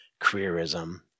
careerism